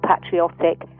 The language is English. patriotic